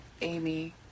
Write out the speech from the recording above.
Amy